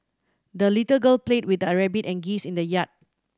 the little girl played with her rabbit and geese in the yard